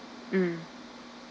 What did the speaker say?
mm